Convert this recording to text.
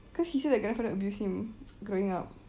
cause he say the grandfather abuse him growing up